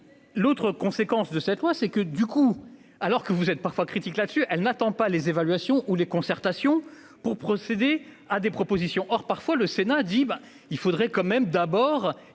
L'autre conséquence de cette loi, c'est que du coup alors que vous êtes parfois critique là-dessus, elle n'attend pas les évaluations ou les concertations pour procéder à des propositions or parfois le Sénat dit ben il faudrait quand même d'abord